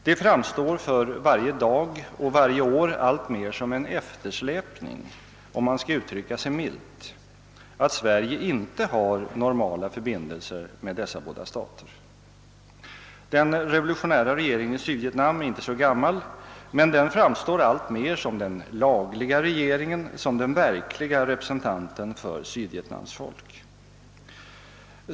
Det framstår för varje dag och varje år alltmera som en eftersläpning, om man skall uttrycka sig milt, att Sverige inte har normala förbindelser med dessa båda stater. Den revolutionära regeringen i Sydvietnam är inte så gammal, men den framstår alltmera som den lagliga regeringen, som den verkliga representanten för Sydvietnams folk.